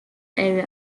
area